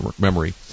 memory